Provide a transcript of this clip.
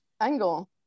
angle